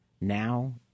Now